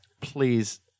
please